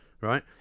right